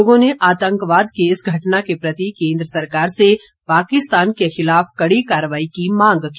लोगों ने आतंकवाद की इस घटना के प्रति केन्द्र सरकार से पाकिस्तान के खिलाफ कड़ी कार्रवाई की मांग की